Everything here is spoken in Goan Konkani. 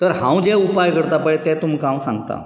तर हांव जे उपाय करतां पळय ते तुमकां हांव सांगतां